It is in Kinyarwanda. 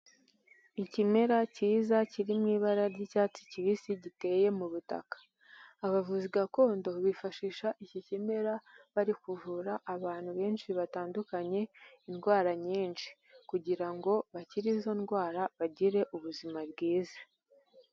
Ikimera cyiza kiri mu ibara ry'icyatsi kibisi giteye mu butaka, abavuzi gakondo bifashisha iki kimera bari kuvura abantu benshi batandukanye, indwara nyinshi kugira ngo bakire izo ndwara bagire ubuzima bwiza.